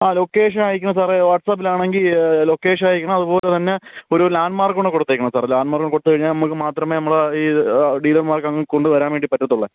ആ ലൊക്കേഷൻ അയക്കണം സാറേ വാട്ട്സ്ആപ്പിൽ ആണെങ്കിൽ ലൊക്കേഷൻ അയക്കണം അതുപോലെ തന്നെ ഒരു ലാൻഡ്മാർക്ക് കൂടെ കൊടുത്തേക്കണം സാറേ ലാൻഡ്മാർക്ക് കൊടുത്ത് കഴിഞ്ഞാൽ നമ്മൾക്ക് മാത്രമേ നമ്മളെ ഈ ഡീലർമാർക്ക് അങ്ങ് കൊണ്ട് വരാൻ വേണ്ടി പറ്റത്തുള്ളൂ